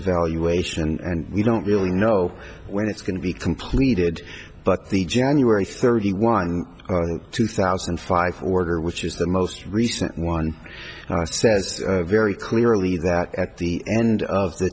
evaluation and we don't really know when it's going to be completed but the january thirty one two thousand and five order which is the most recent one says very clearly that at the end of the